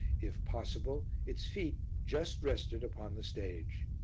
if possible, its feet just rested upon the stage.